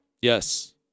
Yes